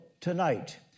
tonight